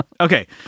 Okay